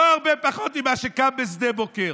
לא הרבה פחות ממה שקם בשדה בוקר,